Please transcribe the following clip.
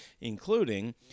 including